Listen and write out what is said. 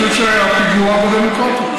אני חושב שהיה פיגוע בדמוקרטיה.